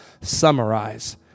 summarize